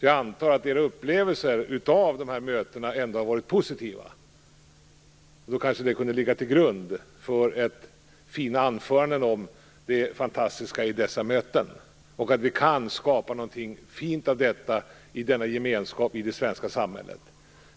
Jag antar att hans upplevelser av dessa möten ändå har varit positiva, och det kunde kanske ligga till grund för fina anföranden om det fantastiska i dessa möten och att vi kan skapa någonting fint av denna gemenskap i det svenska samhället.